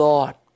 Lord